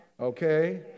Okay